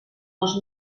dos